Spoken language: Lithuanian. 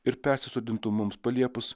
ir persodintų mums paliepus